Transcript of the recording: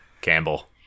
campbell